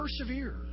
persevere